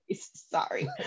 Sorry